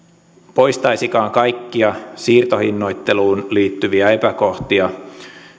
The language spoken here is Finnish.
poistaisikaan kaikkia siirtohinnoitteluun liittyviä epäkohtia